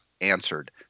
answered